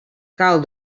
cal